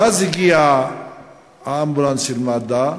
ואז הגיע האמבולנס של מד"א,